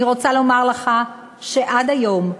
אני רוצה לומר לך שעד היום,